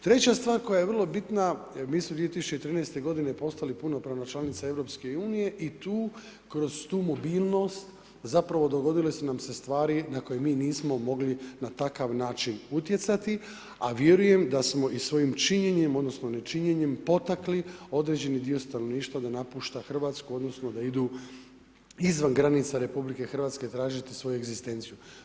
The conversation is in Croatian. Treća stvar koja je vrlo bitna, mi smo 2013. g. postali punopravna članica EU-a i tu kroz tu mobilnost zapravo dogodile su nam se stvari na koje mi nismo na takav način utjecati a vjerujem da smo i svojim činjenjem odnosno nečinjenjem potakli određeni dio stanovništva da napušta Hrvatsku odnosno da idu izvan granica RH traćiti svoju egzistenciju.